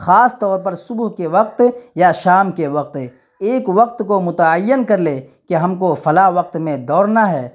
خاص طور پر صبح کے وقت یا شام کے وقت ایک وقت کو متعین کر لے کہ ہم کو فلاں وقت میں دوڑنا ہے